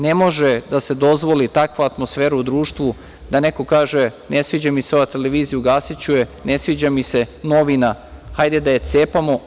Ne može da se dozvoli takva atmosfera u društvu da neko kaže – ne sviđa mi se ova televizija, ugasiću je, ne sviđa mi se novina, hajde da je cepamo.